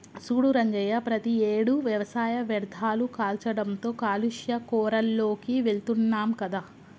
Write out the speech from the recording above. సూడు రంగయ్య ప్రతియేడు వ్యవసాయ వ్యర్ధాలు కాల్చడంతో కాలుష్య కోరాల్లోకి వెళుతున్నాం కదా